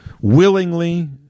willingly